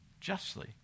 justly